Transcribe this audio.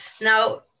Now